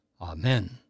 Amen